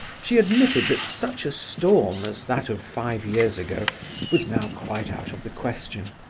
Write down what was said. she admitted that such a storm as that of five years ago was now quite out of the question.